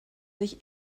sich